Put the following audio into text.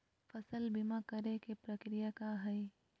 फसल बीमा करे के प्रक्रिया का हई?